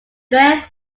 bear